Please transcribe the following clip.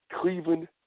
Cleveland